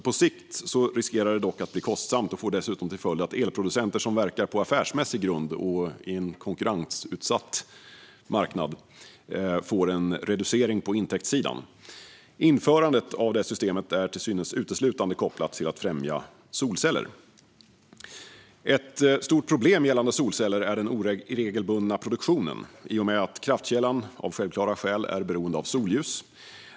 På sikt riskerar det dock att bli kostsamt och får dessutom till följd att elproducenter som verkar på affärsmässig grund på en konkurrensutsatt marknad får en reducering på intäktssidan. Införandet av systemet är till synes uteslutande kopplat till att främja solceller. Ett stort problem gällande solceller är den oregelbundna produktionen i och med att kraftkällan av självklara skäl är beroende av solljus.